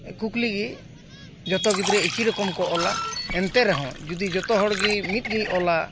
ᱠᱩᱞᱠᱞᱤ ᱜᱮ ᱡᱚᱛᱚ ᱜᱤᱫᱽᱨᱟᱹ ᱜᱮ ᱮᱠᱤ ᱨᱚᱠᱚᱢ ᱠᱚ ᱚᱞᱟ ᱮᱱᱛᱮ ᱨᱮᱦᱚᱸ ᱡᱩᱫᱤ ᱦᱚᱲ ᱜᱮ ᱢᱤᱫ ᱜᱮᱭ ᱚᱞᱟ